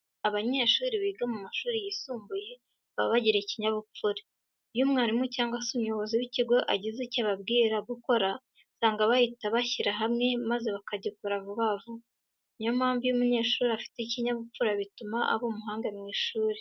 Abanyeshuri biga mu mashuri yisumbuye baba bagira ikinyabupfura. Iyo umwarimu cyangwa se umuyobozi w'ikigo agize icyo ababwira gukora, usanga bahita bashyira hamwe maze bakagikora vuba vuba. Niyo mpamvu iyo umunyeshuri afite ikinyabupfura bituma aba umuhanga mu ishuri.